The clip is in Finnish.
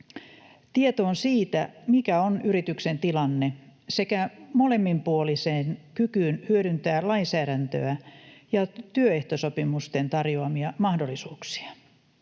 tietoon siitä, mikä on yrityksen tilanne, sekä molemminpuoliseen kykyyn hyödyntää lainsäädäntöä ja työehtosopimusten tarjoamia mahdollisuuksia.